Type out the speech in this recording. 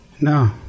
No